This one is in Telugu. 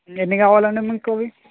ఎన్ని కావాలి అండి మీకు అవి